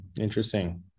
Interesting